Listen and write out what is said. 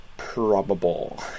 Probable